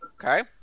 Okay